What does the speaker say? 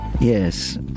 Yes